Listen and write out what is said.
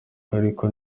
ariko